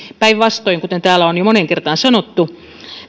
päinvastoin kuten täällä on jo moneen kertaan sanottu